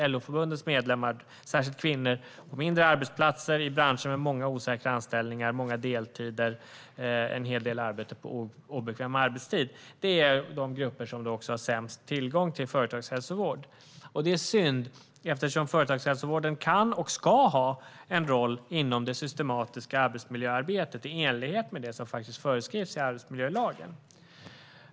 LO-förbundens medlemmar, särskilt kvinnor på mindre arbetsplatser i branscher med många osäkra anställningar, många deltider och en hel del arbete på obekväm arbetstid, hör till de grupper som har sämst tillgång till företagshälsovård. Det är synd, eftersom företagshälsovården kan och ska ha en roll inom det systematiska arbetsmiljöarbetet i enlighet med det som föreskrivs i arbetsmiljölagen.